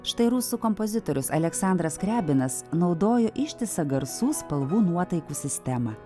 štai rusų kompozitorius aleksandras skriabinas naudojo ištisą garsų spalvų nuotaikų sistemą